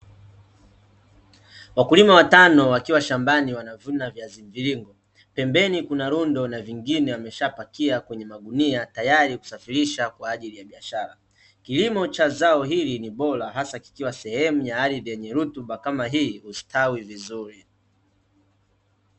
Wakulima watano wakiwa shambani wanavuna viazi mviringo, pembeni kuna rundo na vingine wameshapakia kwenye magunia tayari kusafirisha kwaajili ya biashara. Kilimo cha zao hili ni bora, haswa kikiwa sehemu ya ardhi yenye rutuba kama hii hustawii vizuri.